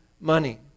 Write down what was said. money